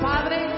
Padre